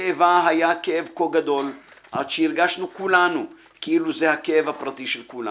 כאבה היה כאב כה גדול עד שהרגשנו כולנו כאילו זה הכאב הפרטי של כולנו.